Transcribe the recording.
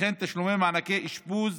וכן תשלומי מענקי אשפוז